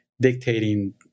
dictating